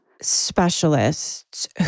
specialists